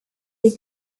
des